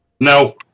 No